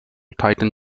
titan